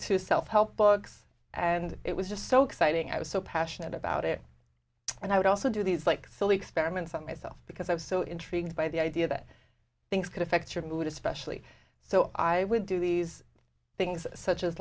to self help books and it was just so exciting i was so passionate about it and i would also do these like silly experiments on myself because i was so intrigued by the idea that things could affect your mood especially so i would do these things such as